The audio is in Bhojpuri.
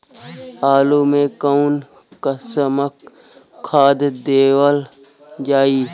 आलू मे कऊन कसमक खाद देवल जाई?